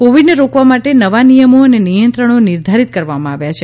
કોવિડને રોકવા માટે નવા નિયમો અને નિયંત્રણો નિર્ધારિત કરવામાં આવ્યા છે